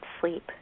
sleep